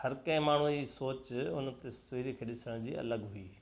हर कंहिं माण्हूअ जी सोचु हुन तस्वीर खे ॾिसण जी अलॻि हुई